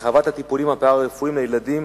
הרחבת הטיפולים הפארה-רפואיים לילדים